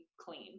clean